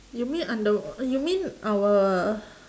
you mean on the you mean our